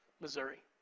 Missouri